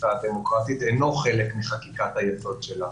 השוויון אינו חלק מחקיקת היסוד שלה.